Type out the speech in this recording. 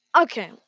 okay